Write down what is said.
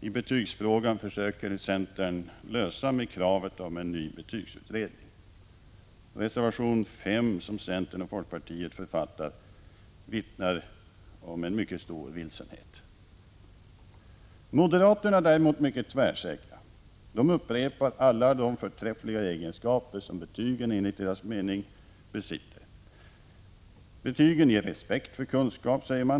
i betygsfrågan försöker centern lösa med kravet om en ny betygsutredning. Reservation 5, som centern och folkpartiet författat, vittnar om en mycket stor vilsenhet. Moderaterna är däremot mycket tvärsäkra. De upprepar alla de förträffliga egenskaper som betygen enligt deras mening besitter. Betygen ger respekt för kunskap, säger man.